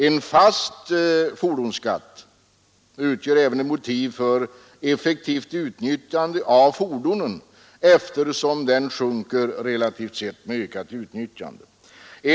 En fast fordonsskatt utgör även ett motiv för effektivt utnyttjande av fordonen, eftersom den sjunker relativt sett med ökat utnyttjande.